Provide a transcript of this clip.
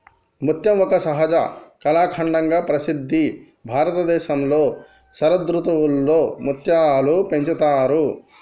ముత్యం ఒక సహజ కళాఖండంగా ప్రసిద్ధి భారతదేశంలో శరదృతువులో ముత్యాలు పెంచుతారు